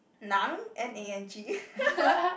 nang N A N G